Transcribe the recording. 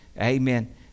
Amen